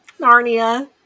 narnia